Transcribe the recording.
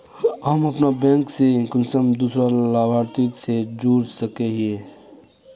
हम अपन बैंक से कुंसम दूसरा लाभारती के जोड़ सके हिय?